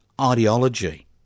ideology